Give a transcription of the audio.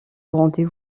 rendez